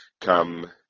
come